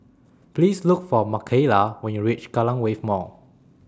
Please Look For Makaila when YOU REACH Kallang Wave Mall